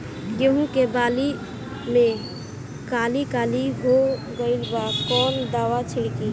गेहूं के बाली में काली काली हो गइल बा कवन दावा छिड़कि?